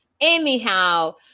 Anyhow